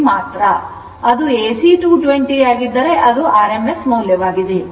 ಅದು ಎಸಿ 220 ಆಗಿದ್ದರೆ ಅದು rms ಮೌಲ್ಯವಾಗಿದೆ